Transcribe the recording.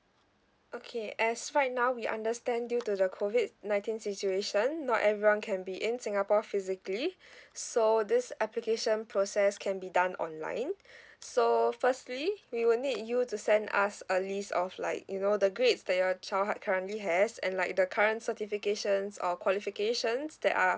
okay as right now we understand due to the COVID nineteen situation not everyone can be in singapore physically so this application process can be done online so firstly we will need you to send us a list of like you know the grades that your child had currently has and like the current certifications or qualifications that are